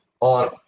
on